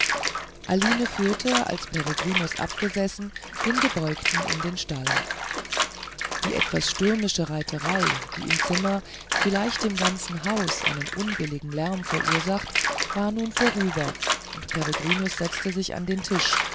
aline führte als peregrinus abgesessen den gebeugten in den stall die etwas stürmische reiterei die im zimmer vielleicht im ganzen hause einen unbilligen lärm verursacht war nun vorüber und peregrinus setzte sich an den tisch